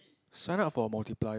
sign up for a multiplier